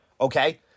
Okay